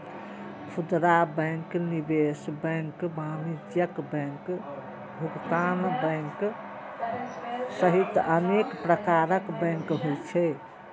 खुदरा बैंक, निवेश बैंक, वाणिज्यिक बैंक, भुगतान बैंक सहित अनेक प्रकारक बैंक होइ छै